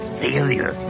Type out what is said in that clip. failure